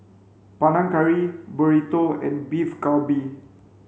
Panang Curry Burrito and Beef Galbi